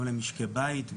גם למשקי בית,